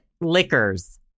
liquors